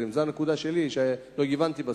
זו הנקודה שלא הבנתי בסוף.